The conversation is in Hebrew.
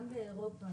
גם באירופה,